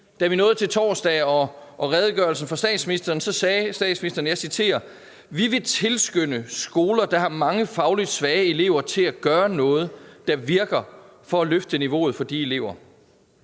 da vi nåede til torsdag og redegørelsen fra statsministeren, sagde statsministeren, og jeg citerer: »Vi vil tilskynde skoler, der har mange fagligt svage elever, til at gøre noget, der virker for at løfte niveauet for de elever.«